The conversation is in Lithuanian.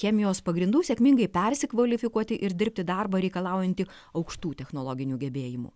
chemijos pagrindų sėkmingai persikvalifikuoti ir dirbti darbą reikalaujantį aukštų technologinių gebėjimų